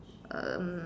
um